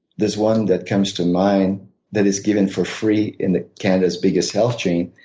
this one that comes to mind that is given for free in canada's biggest health chain,